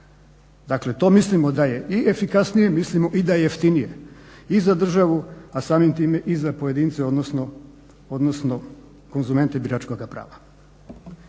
Dakle, to mislimo da je i efikasnije, mislimo i da je jeftinije i za državu, a samim time i za pojedince, odnosno konzumente biračkoga prava.